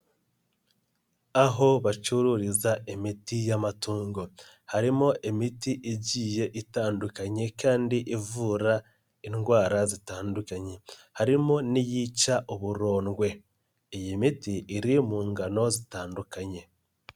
Aho bacururiza imiti y'amatungo, harimo imiti igiye itandukanye kandi ivura indwara zitandukanye, harimo n'iyica uburondwe, iyi miti iri mu ngano zitandukanye.